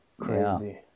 Crazy